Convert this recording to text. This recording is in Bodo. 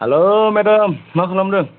हेलौ मेदाम मा खालामदों